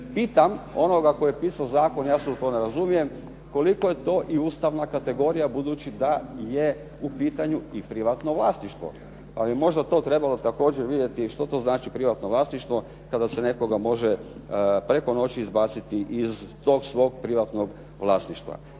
Pitam onoga tko je pisao zakon, ja se u to ne razumijem, koliko je to i ustavna kategorija budući da je u pitanju i privatno vlasništvo, pa bi možda to trebalo također vidjeti što to znači privatno vlasništvo kada se nekoga može preko noći izbaciti iz tog svog privatnog vlasništva.